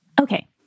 Okay